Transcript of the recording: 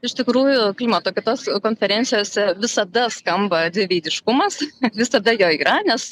iš tikrųjų klimato kaitos konferencijose visada skamba dviveidiškumas visada jo yra nes